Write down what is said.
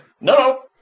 No